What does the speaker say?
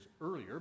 earlier